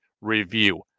review